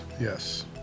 Yes